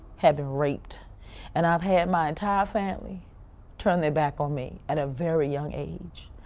had been raped and i've had my entire family turn their back on me at a very young age.